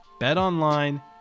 BetOnline